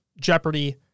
Jeopardy